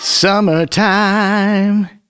summertime